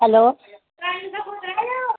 hello